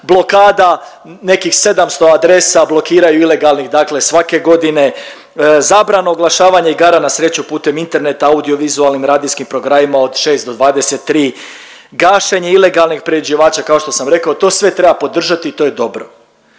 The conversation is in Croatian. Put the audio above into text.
blokada nekih 700 adresa blokiraju ilegalnih dakle svake godine. Zabrana oglašavanja igara na sreću putem interneta, audio-vizualnim, radijskim programima od 6 do 23, gašenje ilegalnih priređivača kao što sam rekao to sve treba podržati i to je dobro.